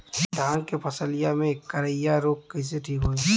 धान क फसलिया मे करईया रोग कईसे ठीक होई?